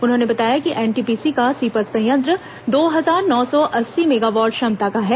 उन्होंने बताया कि एनटीपीसी का सीपत संयंत्र दो हजार नौ सौ अस्सी मेगावाट क्षमता का है